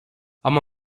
ama